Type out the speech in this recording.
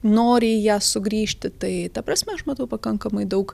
nori į ją sugrįžti tai ta prasme aš matau pakankamai daug